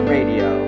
Radio